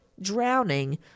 drowning